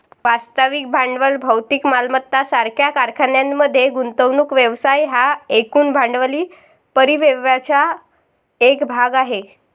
वास्तविक भांडवल भौतिक मालमत्ता सारख्या कारखान्यांमध्ये गुंतवणूक व्यवसाय हा एकूण भांडवली परिव्ययाचा एक भाग आहे